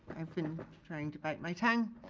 i've been trying to bite my tongue.